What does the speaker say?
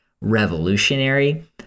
revolutionary